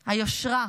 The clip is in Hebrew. היושרה,